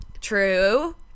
True